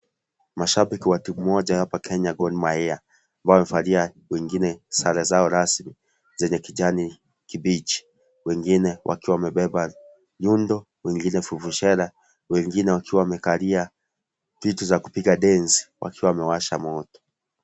Mashabiki wa timu moja ya apa Kenya Gor Mahia wamevalia wengine sare zao rasmi zenye kijani kibichi wengine wakiwa wamebeba nyundo wengine fufushera wengine wakiwa wamekalia vitu za kupiga densi wakiwa wamewasha moto.